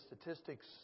statistics